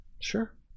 Sure